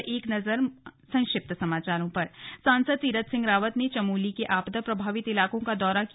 अब संक्षिप्त समाचार सांसद तीरथ सिंह रावत ने चमोली के आपदा प्रभावित इलाके का दौरा किया